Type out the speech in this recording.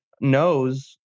knows